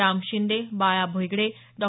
Ram Shinde Bala Bhegade Dr